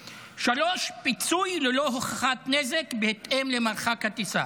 3. פיצוי ללא הוכחת נזק בהתאם למרחק הטיסה.